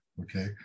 okay